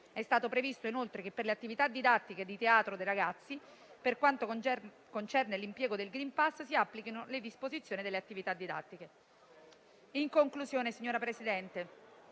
inoltre previsto che per le attività didattiche di teatro dei ragazzi, per quanto concerne l'impiego del *green pass*, si applichino le disposizioni per le attività didattiche.